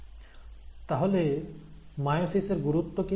তাহলে মায়োসিস এর গুরুত্ব কি